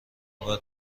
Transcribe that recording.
بار